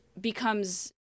becomes